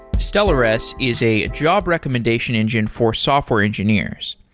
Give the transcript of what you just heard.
stellares is a job recommendation engine for software engineers.